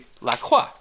LaCroix